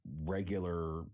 regular